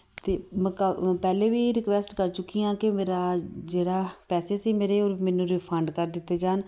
ਅਤੇ ਮਕਾ ਪਹਿਲਾਂ ਵੀ ਰਿਕੁਐਸਟ ਕਰ ਚੁੱਕੀ ਹਾਂ ਕਿ ਮੇਰਾ ਜਿਹੜਾ ਪੈਸੇ ਸੀ ਮੇਰੇ ਉਹ ਮੈਨੂੰ ਰਿਫੰਡ ਕਰ ਦਿੱਤੇ ਜਾਣ